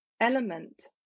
element